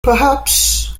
perhaps